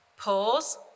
pause